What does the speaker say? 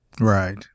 Right